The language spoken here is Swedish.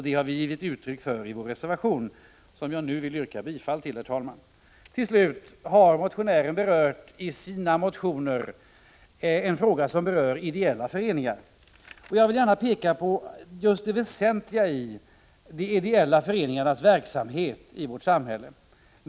Det har vi gett uttryck för i vår reservation, som jag nu vill yrka bifall till, herr talman. Till slut har motionären i sina motioner tagit upp en fråga som berör ideella föreningar. Jag vill gärna peka på det väsentliga i de ideella föreningarnas verksamhet i vårt samhälle.